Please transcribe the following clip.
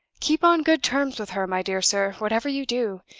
keep on good terms with her, my dear sir, whatever you do,